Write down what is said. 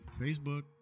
Facebook